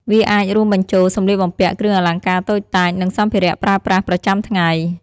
វាអាចរួមបញ្ចូល សម្លៀកបំពាក់ គ្រឿងអលង្ការតូចតាច និងសម្ភារៈប្រើប្រាស់ប្រចាំថ្ងៃ។